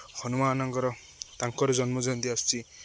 ହନୁମାନଙ୍କର ତାଙ୍କର ଜନ୍ମଜୟନ୍ତୀ ଆସୁଛି